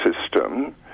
system